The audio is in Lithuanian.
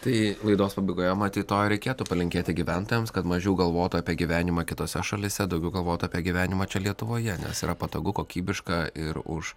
tai laidos pabaigoje matyt to ir reikėtų palinkėti gyventojams kad mažiau galvotų apie gyvenimą kitose šalyse daugiau galvotų apie gyvenimą čia lietuvoje nes yra patogu kokybiška ir už